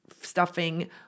stuffing